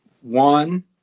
one